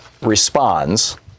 responds